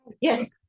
yes